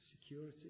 Security